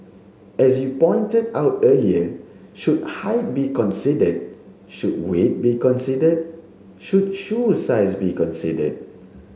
as you pointed out earlier should height be considered should weight be considered should shoe size be considered